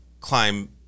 climb